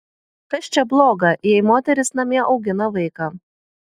kas čia bloga jei moteris namie augina vaiką